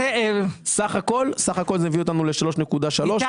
--- סך הכול זה מביא אותנו ל-3.3%,